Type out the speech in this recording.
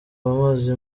bamaze